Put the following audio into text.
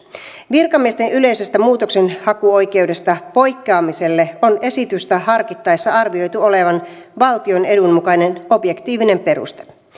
virkamiesten yleisestä muutoksenhakuoikeudesta poikkeamiselle on esitystä harkittaessa arvioitu olevan valtion edun mukainen objektiivinen peruste